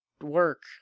work